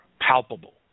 Palpable